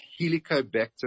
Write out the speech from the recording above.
Helicobacter